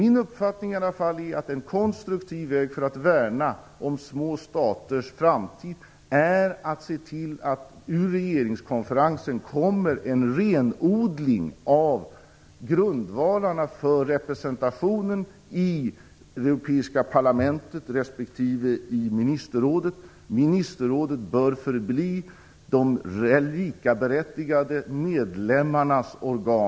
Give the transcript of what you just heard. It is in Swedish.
Min uppfattning är att en konstruktiv väg för att värna om små staters framtid är att se till att det ur regeringskonferensen kommer en renodling av grundvalarna för representationen i det europeiska parlamentet respektive i ministerrådet. Ministerrådet bör förbli de likaberättigade medlemmarnas organ.